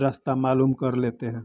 रस्ता मालूम कर लेते हैं